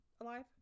alive